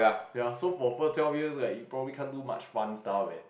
ya so for first twelve years like you probably can't do much fun stuff eh